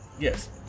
Yes